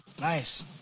nice